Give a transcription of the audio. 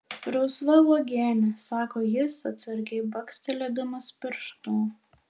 rausva uogienė sako jis atsargiai bakstelėdamas pirštu